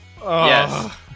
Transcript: Yes